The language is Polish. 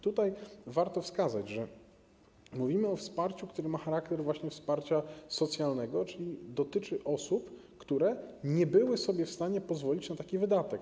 Tutaj warto wskazać, że mówimy o wsparciu, które ma charakter właśnie wsparcia socjalnego, czyli dotyczy osób, które nie były w stanie pozwolić sobie na taki wydatek.